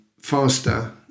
faster